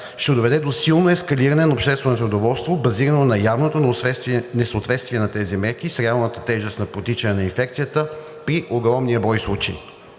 ще доведе до силно ескалиране на общественото недоволство, базирано на явното несъответствие на тези мерки с реалната тежест на протичане на инфекцията при огромния брой случаи.